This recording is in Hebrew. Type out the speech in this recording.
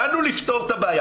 באנו לפתור את הבעיה.